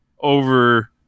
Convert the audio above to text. over